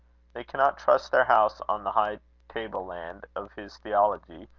they cannot trust their house on the high table-land of his theology,